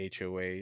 HOA